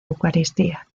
eucaristía